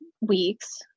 weeks